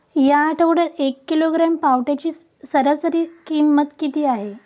या आठवड्यात एक किलोग्रॅम पावट्याची सरासरी किंमत किती आहे?